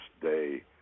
day